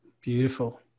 Beautiful